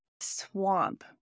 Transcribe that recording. Swamp